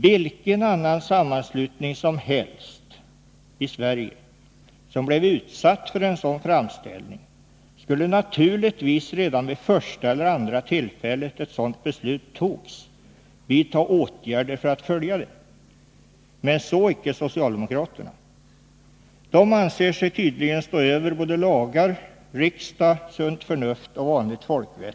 Vilken annan sammanslutning som helst i Sverige som blev utsatt för en sådan framställning skulle naturligtvis redan vid första eller andra tillfället ett sådant beslut fattades vidta åtgärder för att följa det. Men så icke socialdemokraterna. De anser sig tydligen stå över både lagar, riksdag, sunt förnuft och vanligt folkvett.